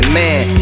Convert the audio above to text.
man